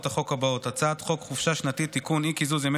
החוק האלה: 1. הצעת חוק חופשה שנתית (תיקון) (אי-קיזוז ימי